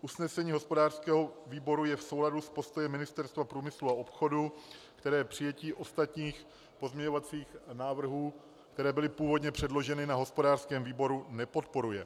Usnesení hospodářského výboru je v souladu s postojem Ministerstva průmyslu a obchodu, které přijetí ostatních pozměňovacích návrhů, které byly původně předloženy na hospodářském výboru, nepodporuje.